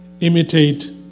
imitate